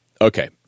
Okay